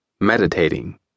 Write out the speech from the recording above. meditating